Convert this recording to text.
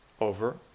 over